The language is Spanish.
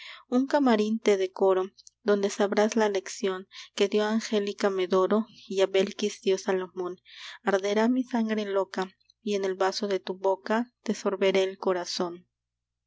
un camarín te decoro donde sabrás la lección que dió a angélica medoro y a belkiss dió salomón arderá mi sangre loca y en el vaso de tu boca te sorberé el corazón